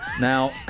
Now